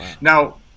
Now